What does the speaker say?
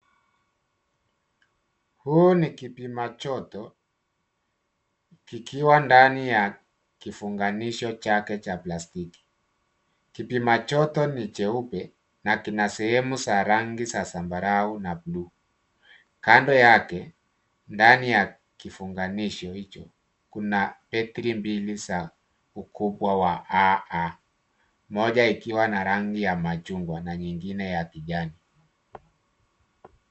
Huu ni kipimajoto kikiwa ndani ya kifunganisho chake cha plastiki. Kipimajoto ni cheupe na kina sehemu za rangi za zambarau na bluu. Kando yake ndani ya kifunganisho hicho kuna betri mbili za ukubwa wa AA moja ikiwa na rangi ya machungwa na nyingine ya kijani.